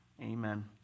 Amen